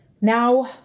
now